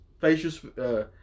facial